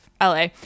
la